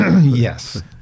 Yes